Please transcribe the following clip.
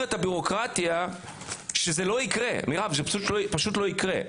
את הבירוקרטיה --- זה פשוט לא יקרה.